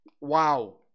Wow